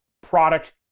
product